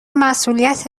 مسئولیت